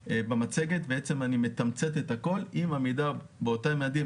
במצגת אני בעצם מתמצת את הכל עם עמידה באותם יעדים,